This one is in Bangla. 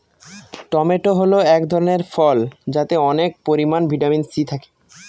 টমেটো হল এক ধরনের ফল যাতে অনেক পরিমান ভিটামিন সি থাকে